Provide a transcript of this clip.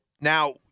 now